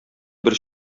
бер